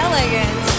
Elegant